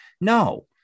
No